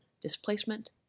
displacement